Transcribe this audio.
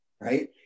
right